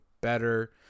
better